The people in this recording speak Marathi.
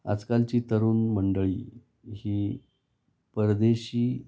आजकालची तरुण मंडळी ही परदेशी